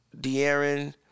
De'Aaron